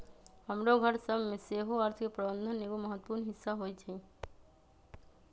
हमरो घर सभ में सेहो अर्थ के प्रबंधन एगो महत्वपूर्ण हिस्सा होइ छइ